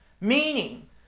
Meaning